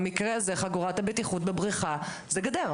בריכה שהיא מוצר שהוא מוצר מדף,